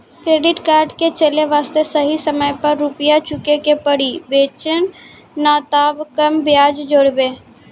Credit card के चले वास्ते सही समय पर रुपिया चुके के पड़ी बेंच ने ताब कम ब्याज जोरब?